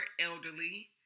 elderly